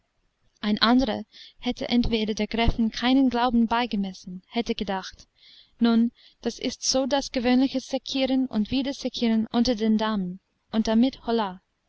ein anderer hätte entweder der gräfin keinen glauben beigemessen hätte gedacht nun das ist so das gewöhnliche sekkieren und wieder sekkieren unter den damen und damit holla